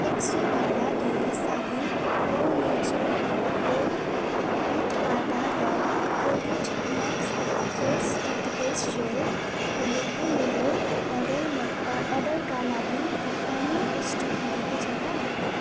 एक्सो भाँडा धुने साबुन प्रो नेचर होल विट आँटा र Colgate max fresh toothpaste gel रहेको मेरो अर्डरमा अर्डरका लागि भुक्तानी पुष्टि भएको छ र